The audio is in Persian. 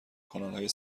کانالهای